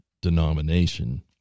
denomination